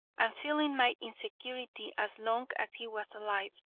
and, feeling my insecurity as long as he was alive,